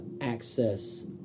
access